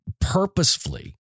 purposefully